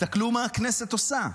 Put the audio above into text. תסתכלו מה הכנסת עושה.